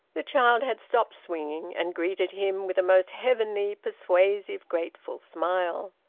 the child had stopped swinging, and greeted him with a most heavenly persuasive grateful smile.